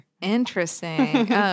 Interesting